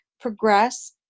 progress